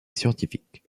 scientifique